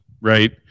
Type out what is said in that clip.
right